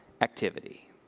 activity